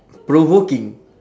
provoking